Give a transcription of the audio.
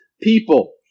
people